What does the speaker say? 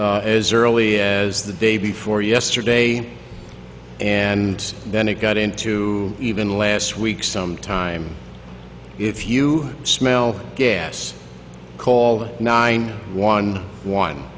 as early as the day before yesterday and then it got into even last week some time if you smell gas call nine one one